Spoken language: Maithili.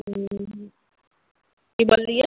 की बोललियै